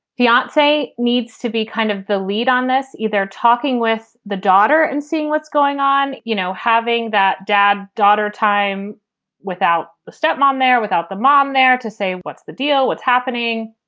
the aunt say needs to be kind of the lead on this, either talking with the daughter and seeing what's going on, you know, having that dad daughter time without the step mom there, without the mom there to say, what's the deal, what's happening?